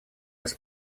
вас